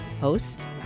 Host